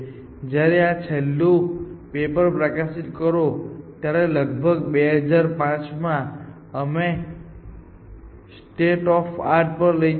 જ્યારે આ છેલ્લું પેપર પ્રકાશિત થયું ત્યારે લગભગ 2005 માં અમે સ્ટેટ ઓફ આર્ટ પર લઈ જઈશું